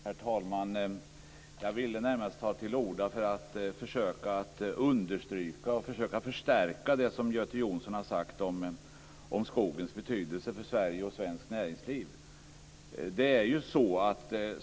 Herr talman! Jag ville närmast ta till orda för att försöka understryka och förstärka det som Göte Jonsson har sagt om skogens betydelse för Sverige och svenskt näringsliv.